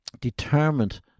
determined